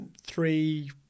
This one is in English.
three